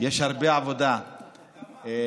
יש הרבה עבודה איתך,